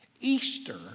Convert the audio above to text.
Easter